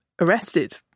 arrested